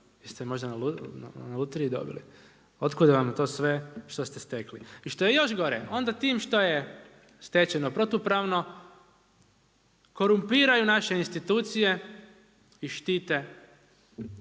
Jeste možda na lutriji dobili? Otkuda vam to sve što ste stekli? I što je još gore onda tim što je stečeno protupravno korumpiraju naše institucije i štite